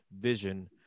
vision